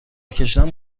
کشیدن